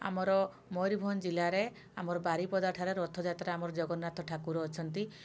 ଆମର ମୟୂରଭଞ୍ଜ ଜିଲ୍ଲାରେ ଆମର ବାରିପଦା ଠାରେ ରଥଯାତ୍ରା ଆମର ଜଗନ୍ନାଥ ଠାକୁର ଅଛନ୍ତି